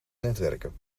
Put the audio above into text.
netwerken